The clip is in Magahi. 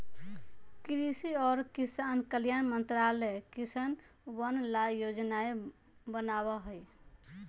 कृषि और किसान कल्याण मंत्रालय किसनवन ला योजनाएं बनावा हई